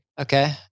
Okay